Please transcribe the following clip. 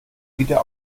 wieder